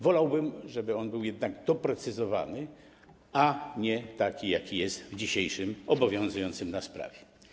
Wolałbym, żeby on był jednak doprecyzowany, a nie taki, jaki jest w dzisiaj obowiązującym nas prawie.